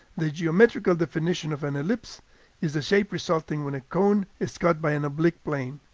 the geometrical definition of an ellipse is the shape resulting when a cone is cut by an oblique plane.